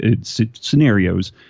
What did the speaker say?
scenarios